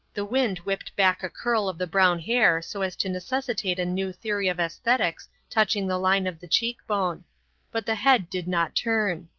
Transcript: the wind whipped back a curl of the brown hair so as to necessitate a new theory of aesthetics touching the line of the cheek-bone but the head did not turn.